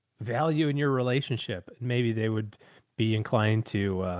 value in your relationship, maybe they would be inclined to,